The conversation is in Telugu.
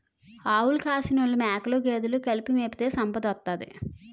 ఆవులు కాసినోలు మేకలు గేదెలు కలిపి మేపితే సంపదోత్తది